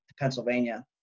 pennsylvania